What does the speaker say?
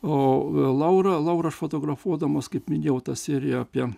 o laura laura fotografuodamas kaip minėjau tą seriją apie